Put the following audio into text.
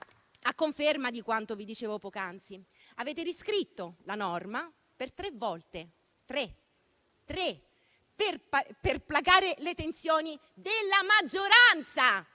a conferma di quanto vi dicevo poc'anzi. Avete riscritto la norma per ben tre volte per placare le tensioni della maggioranza,